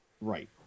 right